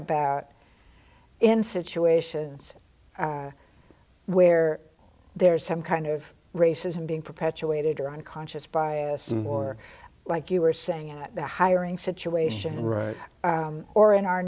about in situations where there's some kind of racism being perpetuated are unconscious bias more like you were saying at the hiring situation room or in our